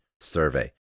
survey